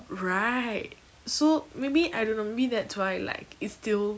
right so maybe I don't know maybe that's why like it's still